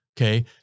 okay